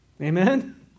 Amen